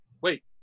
Wait